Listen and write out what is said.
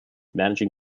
managing